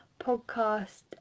podcast